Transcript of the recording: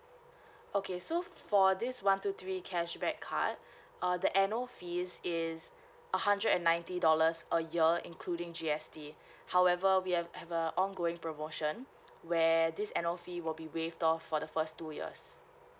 okay so for this one two three cashback card uh the annual fee is a hundred and ninety dollars a year including G_S_T however we have have a ongoing promotion where this annual fee will be waived off for the first two years